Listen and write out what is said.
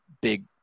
big